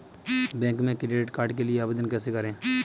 Bank में credit card के लिए आवेदन कैसे करें?